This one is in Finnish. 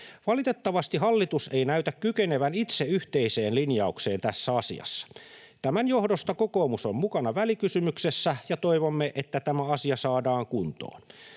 Valitettavasti hallitus ei näytä kykenevän itse yhteiseen linjaukseen tässä asiassa. Tämän johdosta kokoomus on mukana välikysymyksessä, ja toivomme, että tämä asia saadaan kuntoon.